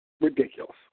ridiculous